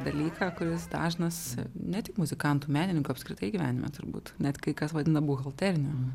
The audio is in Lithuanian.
dalyką kuris dažnas ne tik muzikantų menininkų apskritai gyvenime turbūt net kai kas vadina buhalteriniu